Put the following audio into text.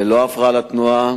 ללא הפרעה לתנועה,